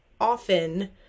often